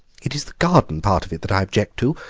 it is the garden part of it that i object to.